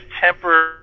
temporary